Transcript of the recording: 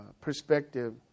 perspective